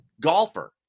golfer